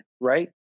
right